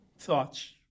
thoughts